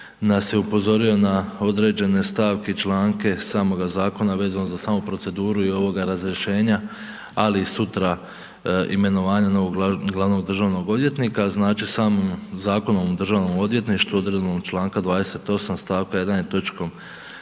nas je upozorio na određene stavke i članke samoga zakona vezano za samu proceduru i ovoga razrješenja, ali i sutra imenovanje novog glavnog državnog odvjetnika, znači samim Zakonom o državnom odvjetništvu, odredbom čl. 28. st. 1.